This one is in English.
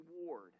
reward